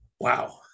Wow